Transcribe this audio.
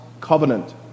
covenant